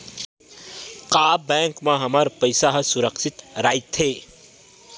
का बैंक म हमर पईसा ह सुरक्षित राइथे?